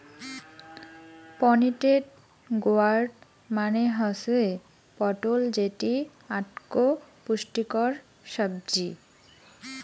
pointed gourd মানে হসে পটল যেটি আকটো পুষ্টিকর সাব্জি